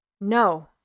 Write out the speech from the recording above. No